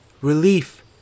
relief